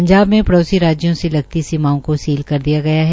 पंजाब के पड़ोसी राज्यों से लगत सीमाओं को सील कर दिया गया है